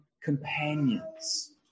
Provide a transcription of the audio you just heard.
companions